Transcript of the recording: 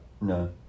No